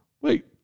wait